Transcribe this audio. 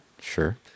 Sure